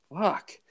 fuck